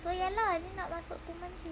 so ya lah dia nak masuk two months already